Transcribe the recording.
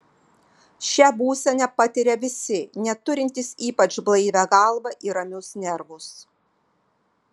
šią būseną patiria visi net turintys ypač blaivią galvą ir ramius nervus